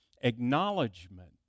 acknowledgement